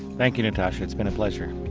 thank you natasha, it's been a pleasure.